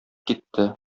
китте